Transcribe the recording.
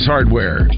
Hardware